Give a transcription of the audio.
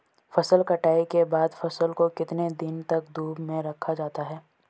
फसल कटाई के बाद फ़सल को कितने दिन तक धूप में रखा जाता है?